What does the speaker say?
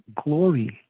glory